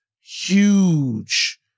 huge